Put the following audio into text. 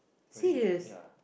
very long ya